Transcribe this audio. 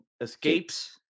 escapes